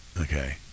Okay